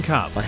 Cup